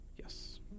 Yes